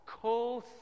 cold